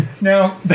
now